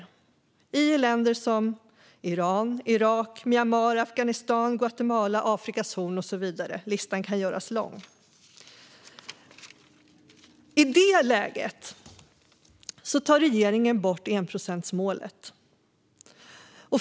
Det sker i länder som Iran, Irak, Myanmar, Afghanistan och Guatemala, på Afrikas horn och så vidare. Listan kan göras lång. I det läget tar regeringen bort enprocentsmålet.